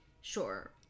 sure